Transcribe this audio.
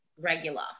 Regular